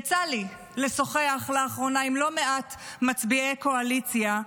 יצא לי לשוחח לאחרונה עם לא מעט מצביעי קואליציה,